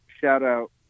shout-out